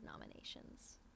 nominations